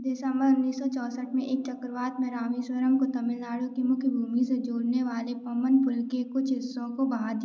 दिसम्बर उन्नीस सौ चौंसठ में एक चक्रवात में रामेश्वरम को तमिलनाडु की मुख्य भूमि से जोड़ने वाले पम्बन पुल के कुछ हिस्सों को बहा दिया